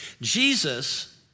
Jesus